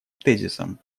тезисом